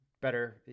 better